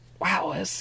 wow